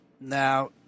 Now